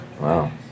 Wow